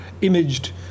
imaged